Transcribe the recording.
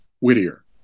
Whittier